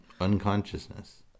Unconsciousness